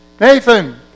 Nathan